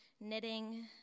knitting